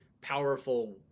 powerful